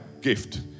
gift